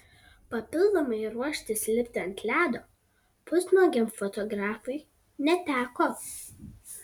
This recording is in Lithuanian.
papildomai ruoštis lipti ant ledo pusnuogiam fotografui neteko